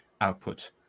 output